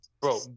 bro